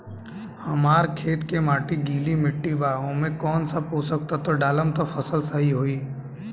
हमार खेत के माटी गीली मिट्टी बा ओमे कौन सा पोशक तत्व डालम त फसल सही होई?